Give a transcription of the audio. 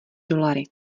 dolary